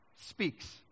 speaks